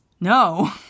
No